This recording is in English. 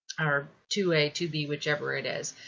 or two a, two b whichever it is.